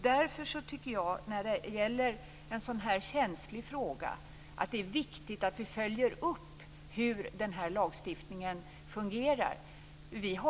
Därför tycker jag att det är viktigt att vi följer upp hur den här lagstiftningen fungerar när det gäller en så här känslig fråga.